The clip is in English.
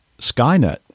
skynet